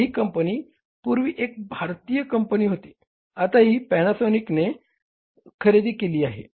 आता ही कंपनी पूर्वी ती एक भारतीय कंपनी होती आता ती पॅनासॉनिकने या कपंनीने खरेदी केले आहे